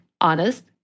honest